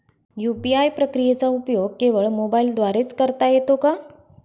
UPI प्रक्रियेचा उपयोग केवळ मोबाईलद्वारे च करता येतो का?